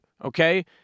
Okay